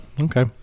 Okay